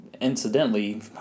Incidentally